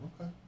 Okay